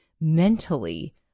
mentally